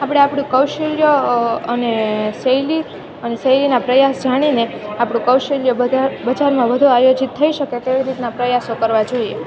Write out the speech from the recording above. આપણે આપણું કૌશલ્ય અને શૈલી અને શૈલીના પ્રયાસ જાણીને આપણું કૌશલ્ય બધા બજારમાં વધુ આયોજિત થઈ શકે કે કેવી રીતના પ્રયાસો કરવા જોઈએ